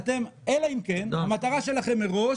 אלא אם כן המטרה שלכם מראש